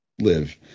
live